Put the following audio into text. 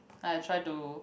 then I try to